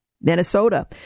Minnesota